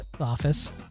office